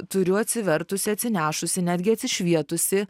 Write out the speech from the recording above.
turiu atsivertusi atsinešusi netgi apsišvietusi